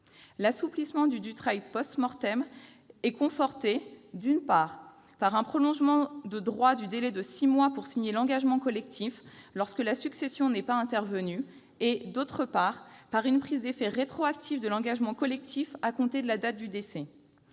L'assouplissement du dispositif dit « Dutreil » est conforté, d'une part, par un prolongement de droit du délai de six mois pour signer l'engagement collectif lorsque la succession n'est pas intervenue, et, d'autre part, par une prise rétroactive d'effet de l'engagement collectif à compter de la date de décès.